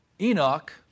Enoch